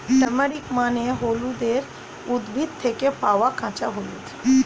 turmeric মানে হলুদের উদ্ভিদ থেকে পাওয়া কাঁচা হলুদ